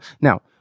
Now